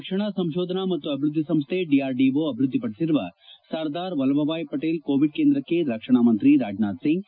ರಕ್ಷಣಾ ಸಂಶೋಧನಾ ಮತ್ತು ಅಭಿವ್ಯದ್ಲಿ ಸಂಶ್ಲೆ ಡಿಆರ್ಡಿಒ ಅಭಿವ್ಯದ್ಲಿ ಪಡಿಸಿರುವ ಸರ್ದಾರ್ ವಲ್ಲಾಭಾಯಿ ಪಟೇಲ್ ಕೋವಿಡ್ ಕೇಂದ್ರಕ್ಷ ರಕ್ಷಣಾ ಮಂತ್ರಿ ರಾಜನಾಥ್ ಸಿಂಗ್